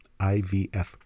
IVF